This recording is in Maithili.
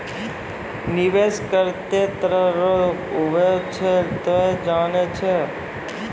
निवेश केतै तरह रो हुवै छै तोय जानै छौ